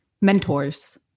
mentors